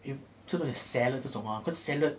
吃多点像 salad 这种 hor good salad